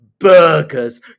Burgers